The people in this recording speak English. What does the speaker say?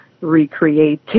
recreate